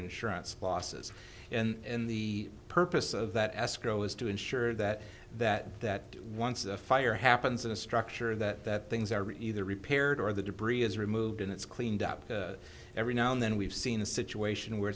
insurance losses and the purpose of that escrow is to ensure that that that once a fire happens in a structure that things are either repaired or the debris is removed and it's cleaned up every now and then we've seen a situation where